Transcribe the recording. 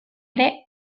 ere